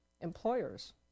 employers